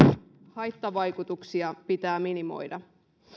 haittavaikutuksia pitää minimoida